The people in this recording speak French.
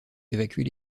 évacuer